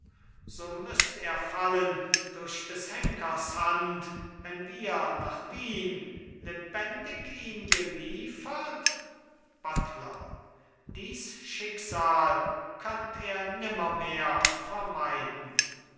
so müßt er fallen durch des henkers hand wenn wir nach wien lebendig ihn geliefert buttler dies schicksal könnt er nimmermehr vermeiden